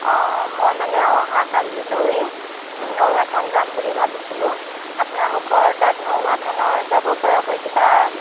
অঁ মই মানে অহাকালি লৈ নৰুৱা থান যাম বুলি ভাবিছিলোঁ আপোনালোকৰ তাত নৰুৱা থানৰ যাব পৰাকৈ কিবা